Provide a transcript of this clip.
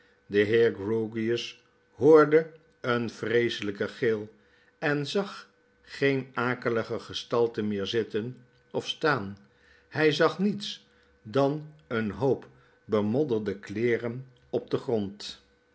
de heer grewgious hoorde een vreeselyken gil en zag geen akelige gestalte meerzittenof staan hy zag niets dan een hoop bemodderde kleeren op den grond